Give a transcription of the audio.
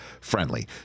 friendly